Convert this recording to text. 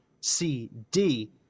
CD